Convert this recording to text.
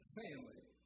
family